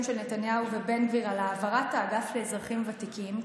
של נתניהו ובן גביר על העברת האגף לאזרחים ותיקים,